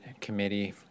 committee